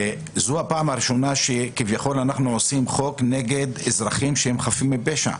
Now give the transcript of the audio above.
שזו הפעם הראשונה שכביכול אנחנו עושים חוק נגד אזרחים שהם חפים מפשע.